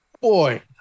boy